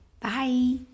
Bye